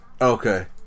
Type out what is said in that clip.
Okay